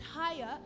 higher